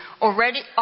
already